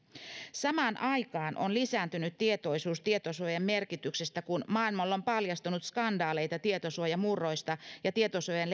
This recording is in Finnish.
samaan aikaan on lisääntynyt tietoisuus tietosuojan merkityksestä kun maailmalla on paljastunut skandaaleita tietosuojamurroista ja tietosuojan